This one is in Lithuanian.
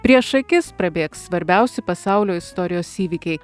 prieš akis prabėgs svarbiausi pasaulio istorijos įvykiai